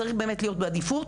צריך באמת להיות בעדיפות,